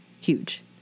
huge